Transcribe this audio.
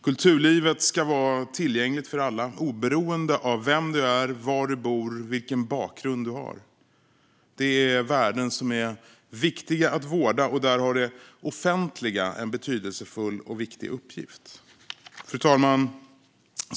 Kulturlivet ska vara tillgängligt för alla, oberoende av vem du är, var du bor och vilken bakgrund du har. Detta är värden som är viktiga att vårda, och där har det offentliga en betydelsefull och viktig uppgift. Fru talman!